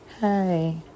Hi